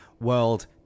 world